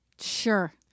Sure